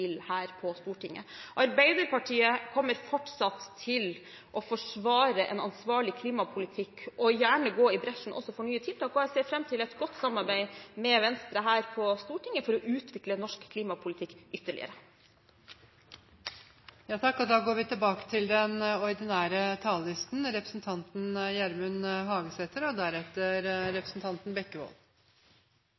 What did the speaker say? her på Stortinget. Arbeiderpartiet kommer fortsatt til å forsvare en ansvarlig klimapolitikk og gjerne gå i bresjen også for nye tiltak, og jeg ser fram til et godt samarbeid med Venstre her på Stortinget for å utvikle norsk klimapolitikk ytterligere. Replikkordskiftet er omme. Noreg er eit godt land å bu i for dei aller fleste. Takk vere våre enorme oljerikdomar har vi ein økonomi og